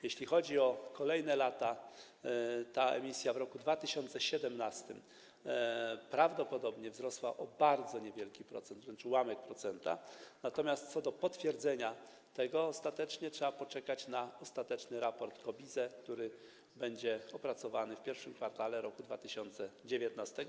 Jeśli chodzi o kolejne lata, ta emisja w roku 2017 prawdopodobnie wzrosła o bardzo niewielki procent, wręcz ułamek procenta, natomiast co do potwierdzenia tego ostatecznie, trzeba poczekać na ostateczny raport KOBiZE, który będzie opracowany w I kwartale roku 2019.